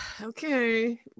Okay